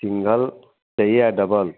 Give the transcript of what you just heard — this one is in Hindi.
सिंगल चाहिए या डबल